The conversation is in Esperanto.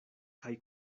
kaj